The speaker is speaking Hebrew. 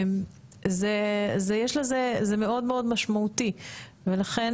זה מאוד מאוד משמעותי, ולכן